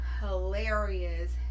hilarious